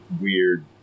weird